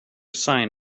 sign